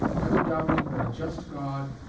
never doubting that a just god,